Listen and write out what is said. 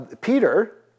Peter